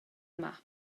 yma